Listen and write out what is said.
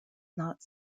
not